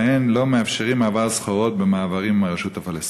שבהן לא מאפשרים מעבר סחורות במעברים עם הרשות הפלסטינית?